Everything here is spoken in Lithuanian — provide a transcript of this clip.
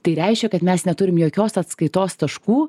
tai reiškia kad mes neturim jokios atskaitos taškų